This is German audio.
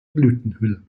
blütenhülle